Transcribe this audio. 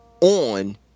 on